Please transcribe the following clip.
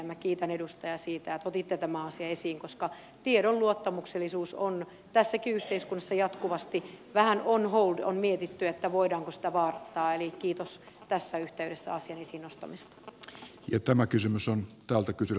minä kiitän edustajaa siitä että otitte tämän asian esiin koska tiedon luottamuksellisuus on tässäkin yhteiskunnassa jatkuvasti vähän on hold on mietitty voidaanko sitä vaarantaa eli kiitos tässä yh teydessä asian esiin nostamisesta